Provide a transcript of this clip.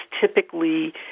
typically